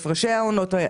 הפרשי העונות,